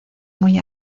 muy